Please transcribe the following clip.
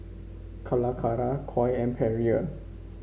Calacara Koi and Perrier